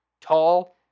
Tall